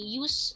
use